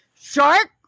shark